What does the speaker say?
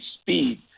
speed